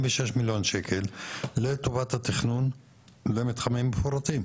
מיליון שקל לטובת התכנון למתחמים מפורטים.